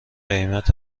قیمت